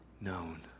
known